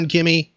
Kimmy